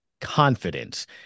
confidence